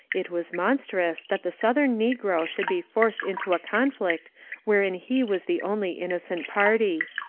it was monstrous that the southern negro should be forced into a conflict wherein he was the only innocent party.